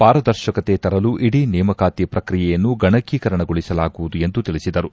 ಪರಾದರ್ಶಕತೆ ತರಲು ಇಡೀ ನೇಮಕಾತಿ ಪ್ರಕ್ರಿಯೆಯನ್ನು ಗಣಕೀಕರಣಗೊಳಿಸಲಾಗುವುದು ಎಂದು ತಿಳಿಸಿದರು